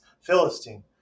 Philistine